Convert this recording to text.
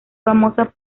famosa